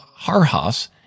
Harhas